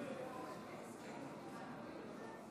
ההצבעה.